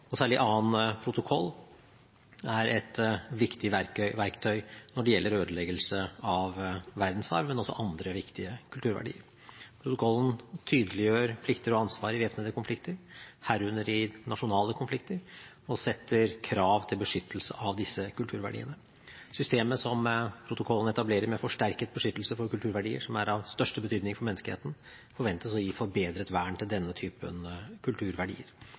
Særlig annen protokoll er et viktig verktøy når det gjelder ødeleggelse av verdensarv, men også andre viktige kulturverdier. Protokollen tydeliggjør plikter og ansvar i væpnede konflikter, herunder i nasjonale konflikter, og setter krav til beskyttelse av disse kulturverdiene. Systemet som protokollen etablerer, med forsterket beskyttelse for kulturverdier som er av største betydning for menneskeheten, forventes å gi forbedret vern til denne typen kulturverdier.